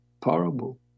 parable